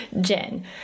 Jen